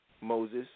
Moses